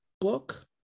book